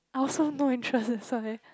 I also no interest that's why